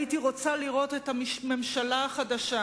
הייתי רוצה לראות את הממשלה החדשה